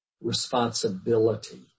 responsibility